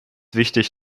wichtig